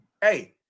Hey